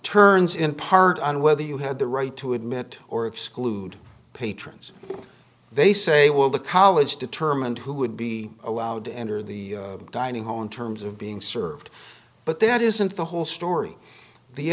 turns in part on whether you had the right to admit or exclude patrons they say well the college determined who would be allowed to enter the dining hall in terms of being served but that isn't the whole story the